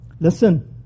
Listen